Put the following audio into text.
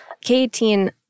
K18